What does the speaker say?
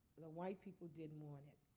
the white people didn't want it.